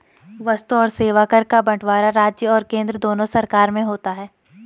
वस्तु और सेवा कर का बंटवारा राज्य और केंद्र दोनों सरकार में होता है